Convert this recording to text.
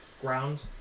ground